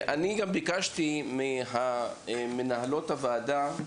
אני גם ביקשתי ממנהלות הוועדה,